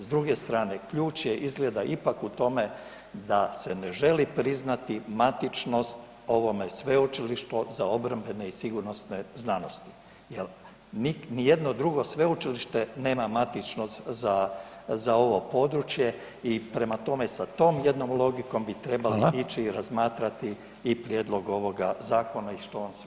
S druge strane, ključ je izgleda ipak u tome da se ne želi priznati matičnost ovome sveučilištu za obrambene i sigurnosne znanosti jel nijedno drugo sveučilište nema matičnost za, za ovo područje i prema tome sa tom jednom logikom [[Upadica: Hvala]] bi trebalo ići i razmatrati i prijedlog ovoga zakona i što on sve povlači sa sobom.